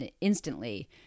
instantly